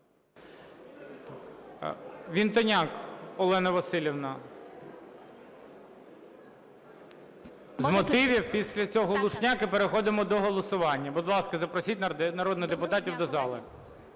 Вінтоняк Олена Василівна з мотивів. Після цього Люшняк. І переходимо до голосування. Будь ласка, запросіть народних депутатів до зали.